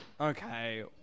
Okay